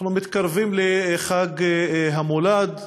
אנחנו מתקרבים לחג המולד.